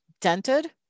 dented